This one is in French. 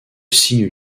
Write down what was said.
signe